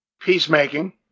peacemaking